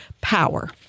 power